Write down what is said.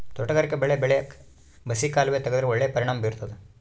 ತೋಟಗಾರಿಕಾ ಬೆಳೆ ಬೆಳ್ಯಾಕ್ ಬಸಿ ಕಾಲುವೆ ತೆಗೆದ್ರ ಒಳ್ಳೆ ಪರಿಣಾಮ ಬೀರ್ತಾದ